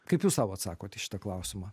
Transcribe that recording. kaip jūs sau atsakot į šitą klausimą